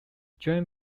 during